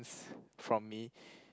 from me